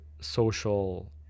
social